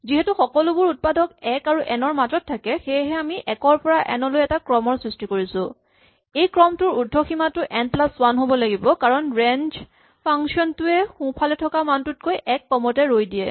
যিহেতু সকলোবোৰ উৎপাদক এক আৰু এন ৰ মাজত থাকে সেয়েহে আমি এক ৰ পৰা এন লৈ এটা ক্ৰমৰ সৃষ্টি কৰিছো এই ক্ৰমটোৰ উৰ্দ্ধসীমাটো এন প্লাচ ৱান হ'ব লাগিব কাৰণ ৰেঞ্জ ফাংচন টোৱে সোঁফালে থকা মানটোতকৈ এক কমতে ৰৈ দিয়ে